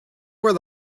where